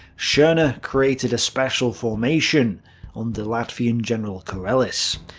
schorner created a special formation under latvian general kureils.